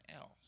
else